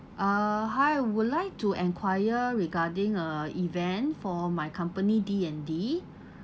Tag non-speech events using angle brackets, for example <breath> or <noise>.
<breath> uh hi I would like to enquire regarding a event for my company D and D